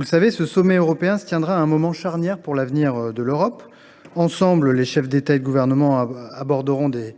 européen. Ce sommet européen se tiendra à un moment charnière pour l’avenir de l’Europe. Ensemble, les chefs d’État et de gouvernement aborderont des